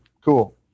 Cool